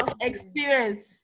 Experience